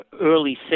early